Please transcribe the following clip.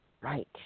Right